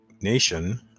nation